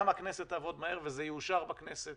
גם הכנסת תעבוד מהר וזה יאושר בכנסת